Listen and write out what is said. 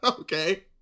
okay